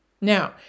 Now